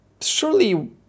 surely